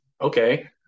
okay